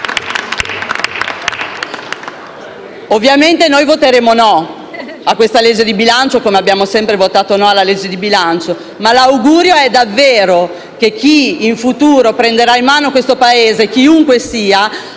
Ovviamente, noi voteremo «no» a questa legge di bilancio, come abbiamo sempre votato «no» alle altre leggi di bilancio. Ma l'augurio è davvero che chi in futuro prenderà in mano questo Paese - chiunque sia